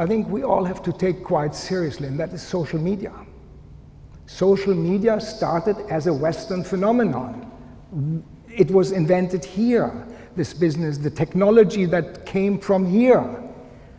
i think we all have to take quite seriously and that the social media social media started as a western phenomenon it was invented here this business the technology that came from here